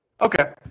Okay